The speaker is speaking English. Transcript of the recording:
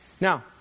Now